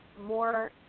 more